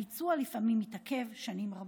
הביצוע לפעמים מתעכב שנים רבות.